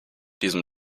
diesem